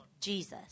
Jesus